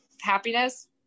happiness